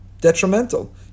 detrimental